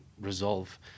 resolve